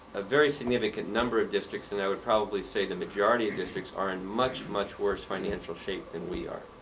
a very significant number of districts, and i would probably say the majority of districts, are in much, much worse financial shape than we are.